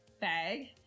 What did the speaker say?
bag